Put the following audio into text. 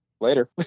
later